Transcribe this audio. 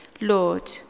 Lord